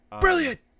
brilliant